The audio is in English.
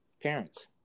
parents